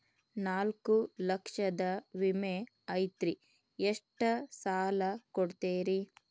ನಾಲ್ಕು ಲಕ್ಷದ ವಿಮೆ ಐತ್ರಿ ಎಷ್ಟ ಸಾಲ ಕೊಡ್ತೇರಿ?